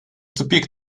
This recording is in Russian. тупик